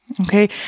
Okay